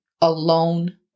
alone